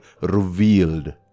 revealed